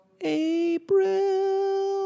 April